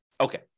Okay